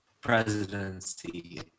presidency